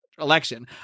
Election